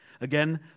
Again